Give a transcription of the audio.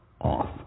off